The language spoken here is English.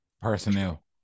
personnel